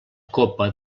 copa